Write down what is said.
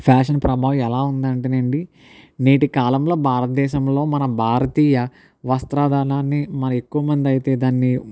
fashion ప్రభావం ఎలా ఉందంటే అండి నేటికాలంలో భారతదేశంలో మన భారతీయ వస్త్రాదాణాన్ని మన ఎక్కువ మంది అయితే దాన్ని